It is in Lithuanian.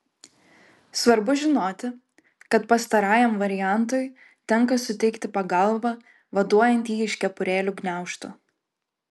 svarbu žinoti kad pastarajam variantui tenka suteikti pagalbą vaduojant jį iš kepurėlių gniaužtų